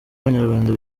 abanyarwanda